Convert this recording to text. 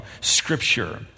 Scripture